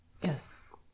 Yes